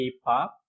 K-pop